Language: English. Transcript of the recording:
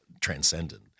transcendent